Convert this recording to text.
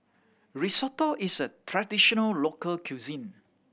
risotto is a traditional local cuisine